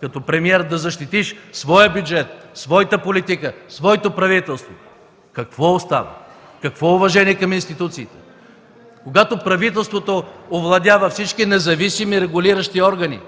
като премиер да защитиш своя бюджет, своята политика, своето правителство, какво остава? Какво е уважението към институциите! Правителството овладя всички независими регулиращи органи,